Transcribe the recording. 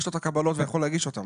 יש לו את הקבלות והוא יכול להגיש אותן.